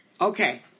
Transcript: Okay